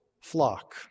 flock